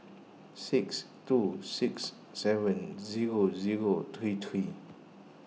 six two six seven zero zero three three